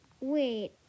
Wait